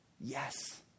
Yes